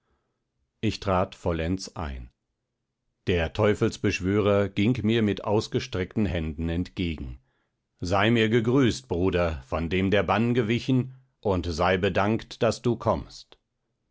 ich trat vollends ein der teufelsbeschwörer ging mir mit ausgestreckten händen entgegen sei mir gegrüßt bruder von dem der bann gewichen und sei bedankt daß du kommst